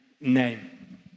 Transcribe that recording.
name